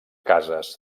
cases